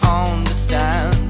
understand